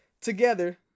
together